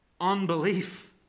unbelief